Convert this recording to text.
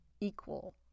equal